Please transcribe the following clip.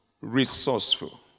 resourceful